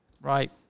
Right